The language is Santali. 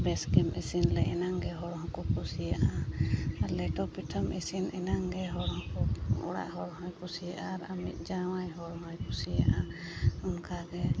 ᱵᱮᱥ ᱜᱮᱢ ᱤᱥᱤᱱ ᱞᱮ ᱮᱱᱟᱝ ᱜᱮ ᱦᱚᱲ ᱦᱚᱸᱠᱚ ᱠᱩᱥᱤᱭᱟᱜ ᱜᱮᱭᱟ ᱞᱮᱴᱚ ᱯᱤᱴᱷᱟᱹᱢ ᱤᱥᱤᱱ ᱟᱱᱟᱝ ᱜᱮ ᱚᱲᱟᱜ ᱦᱚᱲ ᱦᱚᱸᱭ ᱠᱩᱥᱤᱭᱟᱜᱼᱟ ᱟᱨ ᱟᱢᱤᱡ ᱡᱟᱶᱟᱭ ᱦᱚᱲ ᱦᱚᱸᱭ ᱠᱩᱥᱤᱭᱟᱜᱼᱟ